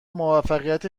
موفقیت